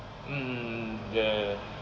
um um um um ya ya ya